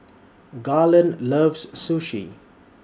Garland loves Sushi